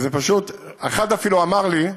אחד אפילו אמר לי: